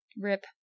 Rip